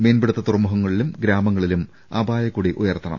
മീൻപിടുത്ത തുറമുഖങ്ങളിലും ഗ്രാമങ്ങളിലും അപായ കൊടി ഉയർത്തണം